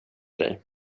dig